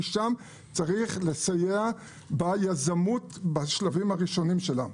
כי שם צריך לסייע ביזמות בשלבים הראשונים שלה.